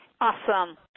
Awesome